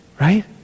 Right